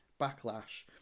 backlash